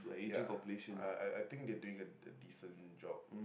ya I I think they are doing a decent job